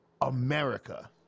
America